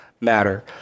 matter